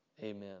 Amen